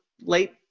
late